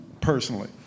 personally